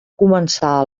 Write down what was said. començar